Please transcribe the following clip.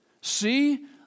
See